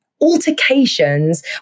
altercations